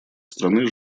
страны